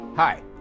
Hi